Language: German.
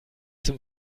zum